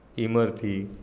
Imarti